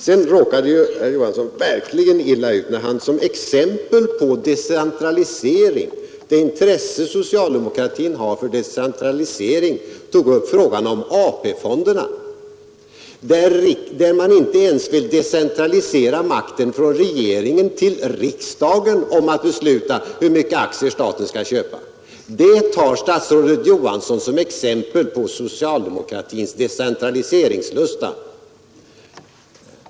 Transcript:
Sedan råkade herr Johansson verkligen illa ut när han som exempel på det intresse socialdemokratin har för decentralisering tog upp frågan om AP-fonderna, där man inte ens vill decentralisera makten från regeringen till riksdagen om att besluta hur mycket aktier staten skall få köpa. Det tar statsrådet Johansson som exempel på socialdemokratins decentraliseringslusta.